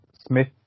Smith